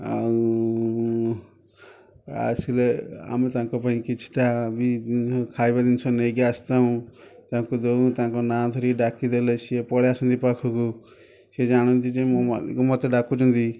ଆଉ ଆସିଲେ ଆମେ ତାଙ୍କ ପାଇଁ କିଛିଟା ବି ଖାଇବା ଜିନଷ ନେଇକି ଆସିଥାଉ ତାଙ୍କୁ ଦେଉ ତାଙ୍କ ନାଁ ଧରିକି ଡ଼ାକିଦେଲେ ସିଏ ପଳାଇଆସନ୍ତି ପାଖକୁ ସିଏ ଜାଣନ୍ତି ଯେ ମୋ ମାଲିକ ମୋତେ ଡ଼ାକୁଛନ୍ତି